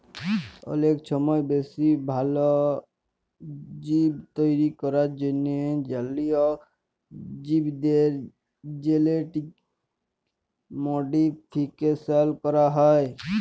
অলেক ছময় বেশি ভাল জীব তৈরি ক্যরার জ্যনহে জলীয় জীবদের জেলেটিক মডিফিকেশল ক্যরা হ্যয়